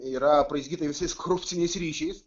yra apraizgyta visais korupciniais ryšiais